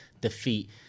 defeat